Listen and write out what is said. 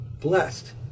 blessed